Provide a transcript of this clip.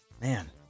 man